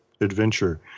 adventure